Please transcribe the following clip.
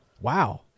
Wow